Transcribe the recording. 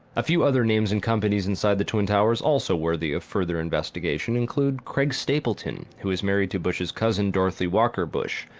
a few other names and companies inside the twin towers also worthy of further investigation include craig stapleton who is married to bush's cousin dorothy walker bush,